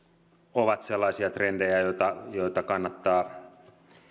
ovat sellaisia trendejä joita joita kannattaa